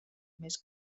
més